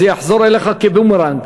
זה יחזור אליך כבומרנג.